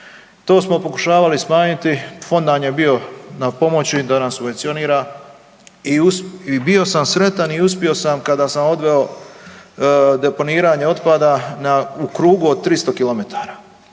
To smo pokušavali smanjiti, fond nam je bio na pomoć da nas subvencionira i bio sam sretan i uspio sam kada sam odveo deponiranje otpada u krugu od 300 km,